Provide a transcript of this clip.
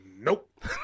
Nope